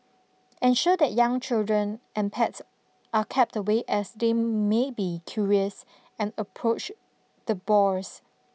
ensure that young children and pets are kept away as they may be curious and approach the boars